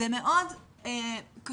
זה מאוד קשור,